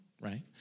right